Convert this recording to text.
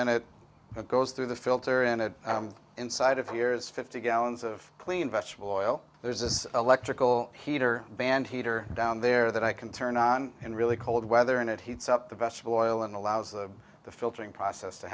then it goes through the filter in it inside of five years fifty gallons of clean vegetable oil there's this electrical heater band heater down there that i can turn on in really cold weather and it heats up the vegetable oil and allows the filtering process to